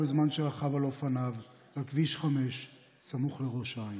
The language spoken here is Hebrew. בזמן שרכב על אופניו על כביש 5 סמוך לראש העין.